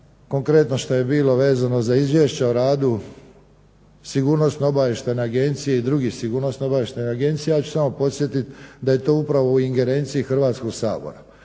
konkretno što je bilo vezano za Izvješće o radu Sigurnosno-obavještajne agencije i drugih sigurnosno-obavještajnih agencija. Ja ću samo podsjetiti da je to upravo u ingerenciji Hrvatskog sabora